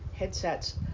headsets